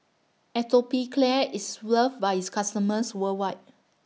Atopiclair IS loved By its customers worldwide